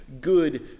good